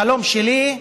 החלום שלי,